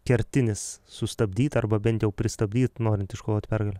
kertinis sustabdyt arba bent jau pristabdyt norint iškovot pergalę